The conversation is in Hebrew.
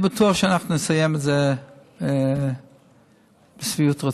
אני בטוח שאנחנו נסיים את זה לשביעות רצון.